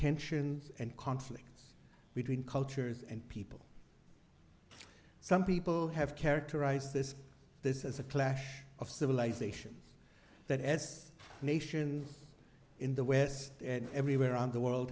tensions and conflicts between cultures and people some people have characterized this this as a clash of civilizations that as nations in the west and everywhere around the world